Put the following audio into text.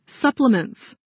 supplements